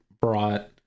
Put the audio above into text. brought